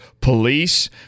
police